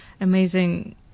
amazing